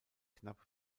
knapp